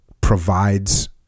provides